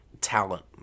talent